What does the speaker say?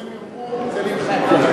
זה נדחה.